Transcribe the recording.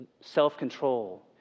self-control